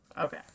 Okay